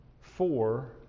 four